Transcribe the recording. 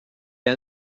est